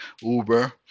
Uber